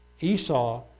Esau